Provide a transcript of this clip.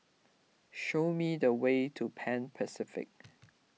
show me the way to Pan Pacific